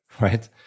Right